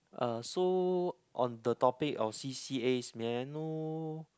uh so on the topic of c_c_as may I know